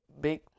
big